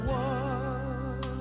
one